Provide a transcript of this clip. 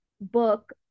book